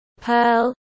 pearl